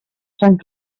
sant